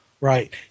right